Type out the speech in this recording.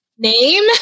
name